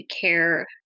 care